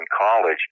college